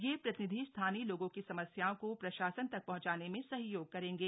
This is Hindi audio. यह प्रतिनिधि स्थानीय लोगों की समस्याओं को प्रशासन तक पहंचाने में सहयोग करेंगे